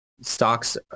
stocks